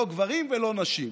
לא גברים ולא נשים,